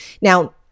Now